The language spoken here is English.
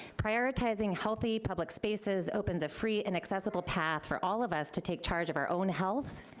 prioritizing healthy public spaces opens a free and accessible path for all of us to take charge of our own health,